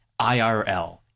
IRL